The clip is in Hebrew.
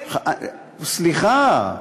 סליחה,